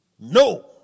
No